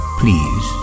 please